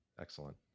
Excellent